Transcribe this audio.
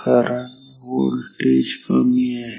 कारण व्होल्टेज कमी आहे